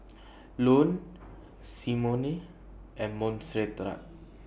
Ione Symone and Monserrat